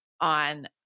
on